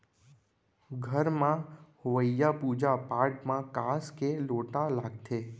घर म होवइया पूजा पाठ म कांस के लोटा लागथे